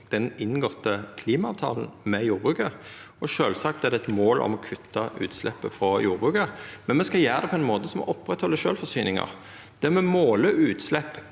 den inngåtte klimaavtalen med jordbruket. Sjølvsagt er det eit mål om å kutta utsleppet frå jordbruket, men me skal gjera det på ein måte som held oppe sjølvforsyninga, der me måler utslepp